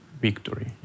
victory